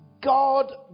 God